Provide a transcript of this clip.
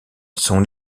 sont